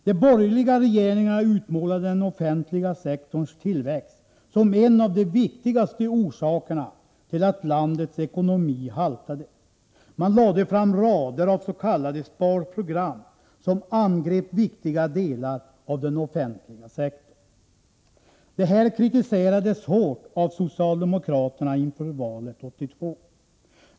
De borgerliga regeringarna utmålade den offentliga sektorns tillväxt som en av de viktigaste orsakerna till att landets ekonomi haltade. Man lade fram rader av s.k. sparprogram som angrep viktiga delar av den offentliga sektorn. Detta kritiserades hårt av socialdemokraterna inför valet 1982.